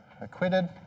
acquitted